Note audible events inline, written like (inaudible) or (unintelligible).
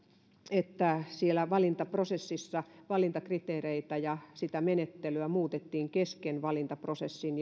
että siellä valintaprosessissa valintakriteereitä ja sitä menettelyä muutettiin kesken valintaprosessin (unintelligible)